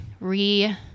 re